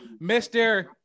mr